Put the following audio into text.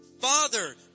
Father